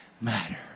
matter